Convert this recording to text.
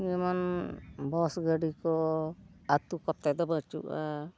ᱡᱮᱢᱚᱱ ᱵᱟᱥ ᱜᱟᱹᱰᱤ ᱠᱚ ᱟᱛᱳ ᱠᱚᱛᱮ ᱫᱚ ᱵᱟᱹᱱᱩᱜᱼᱟ